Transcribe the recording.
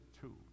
two